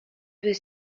was